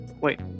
wait